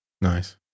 Nice